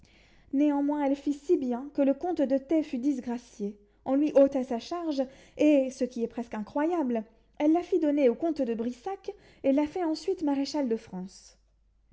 néanmoins elle fit si bien que le comte de taix fut disgracié on lui ôta sa charge et ce qui est presque incroyable elle la fit donner au comte de brissac et l'a fait ensuite maréchal de france